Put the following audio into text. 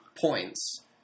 points